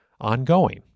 ongoing